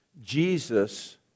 Jesus